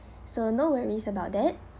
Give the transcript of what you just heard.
so no worries about that